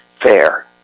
fair